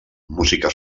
música